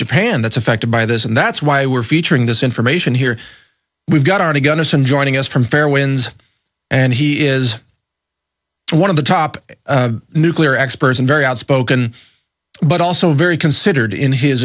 japan that's affected by this and that's why we're featuring this information here we've got arnie gundersen joining us from fairwinds and he is one of the top nuclear experts and very outspoken but also very considered in his